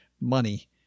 money